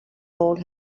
old